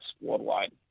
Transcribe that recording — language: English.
worldwide